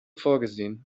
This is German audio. vorgesehen